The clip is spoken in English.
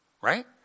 right